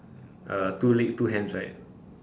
uh two leg two hands right